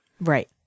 Right